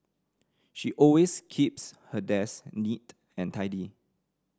she always keeps her desk neat and tidy